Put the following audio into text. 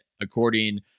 according